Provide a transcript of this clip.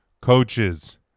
coaches